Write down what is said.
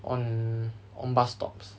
on on bus stops